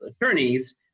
attorneys